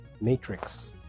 matrix